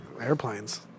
airplanes